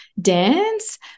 dance